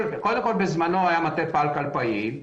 בזמנו היה מטה פלקל פעיל.